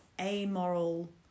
amoral